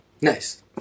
Nice